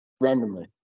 randomly